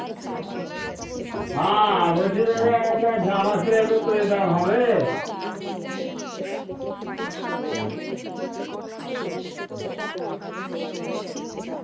হাঁ বলছি দাদা একটা জামা সেলাই করতে দিতাম হবে